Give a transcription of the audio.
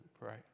right